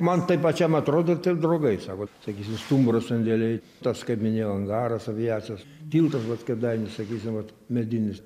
man taip pačiam atrodo ir taip draugai sako sakysim stuburo sandėliai tas kaip minėjau angaras aviacijos tiltas vat kėdainių sakysim va medinis